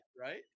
right